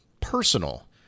personal